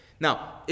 Now